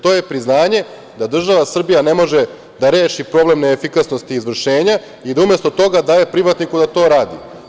To je priznanje da država Srbija ne može da reši problem neefikasnosti izvršenja i da umesto toga daje privatniku da to radi.